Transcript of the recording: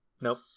Nope